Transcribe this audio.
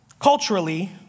culturally